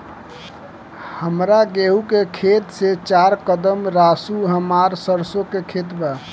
हमार गेहू के खेत से चार कदम रासु हमार सरसों के खेत बा